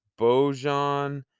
Bojan